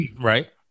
Right